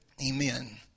Amen